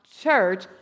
church